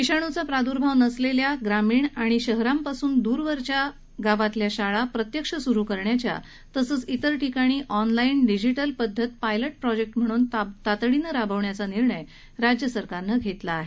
विषाणूचा प्रादुर्भाव नसलेल्या ग्रामीण आणि शहरांपासून दूरवरच्या शाळा प्रत्यक्ष सुरु करण्याचा तसंच इतर ठिकाणी ऑनलाईन डिजिटल पद्धत पायलट प्रॉजेक्ट म्हणून तातडीनं राबवण्याचा निर्णय राज्य सरकारनं घेतला आहे